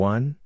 One